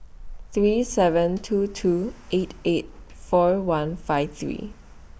three seven two two eight eight four one five three